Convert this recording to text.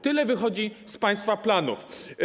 Tyle wychodzi z państwa planów.